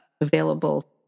available